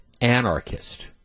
anarchist